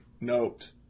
Note